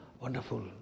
Wonderful